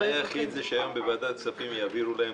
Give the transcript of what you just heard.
הדבר היחיד זה שהיום בוועדת כספים יעבירו להם